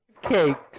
cakes